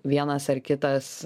vienas ar kitas